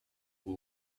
who